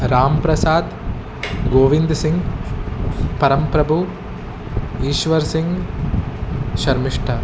रामप्रसादः गोविन्दसिन्गः परमप्रभुः ईश्वरसिन्गः शर्मिष्ठा